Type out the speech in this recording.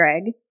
Greg